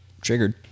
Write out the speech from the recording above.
Triggered